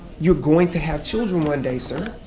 you're going to have children one day, sir.